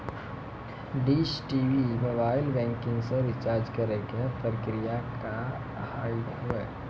Dish TV mobile banking से recharge करे के प्रक्रिया का हाव हई?